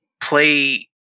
play